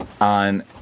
on